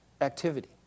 activity